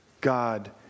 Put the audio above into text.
God